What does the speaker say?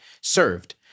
served